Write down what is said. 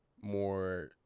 more